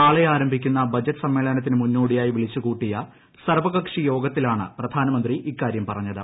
നാളെ ആരംഭിക്കുന്ന ബജറ്റ് സ്മ്മേള്നത്തിന് മുന്നോടിയായി വിളിച്ചു കൂട്ടിയ സർവ്വകക്ഷി യോഗ്രത്തിലാണ് പ്രധാനമന്ത്രി ഇക്കാര്യം പറഞ്ഞത്